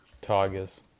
Tigers